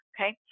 Okay